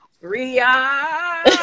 Ria